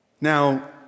Now